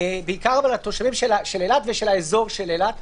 בעיקר על התושבים של אילת ושל האזור של אילת,